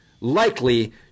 likely